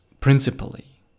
principally